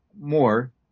more